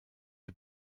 die